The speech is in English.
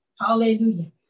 hallelujah